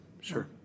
sure